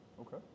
okay